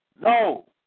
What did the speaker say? No